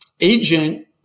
agent